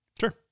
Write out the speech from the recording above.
Sure